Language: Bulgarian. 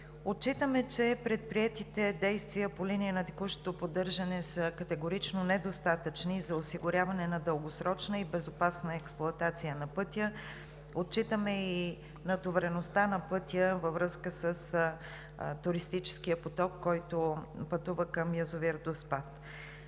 Отчитаме, че предприетите действия по линия на текущото поддържане са категорично недостатъчни за осигуряване на дългосрочна и безопасна експлоатация на пътя. Отчитаме и натовареността на пътя във връзка с туристическия поток, който пътува към язовир Доспат.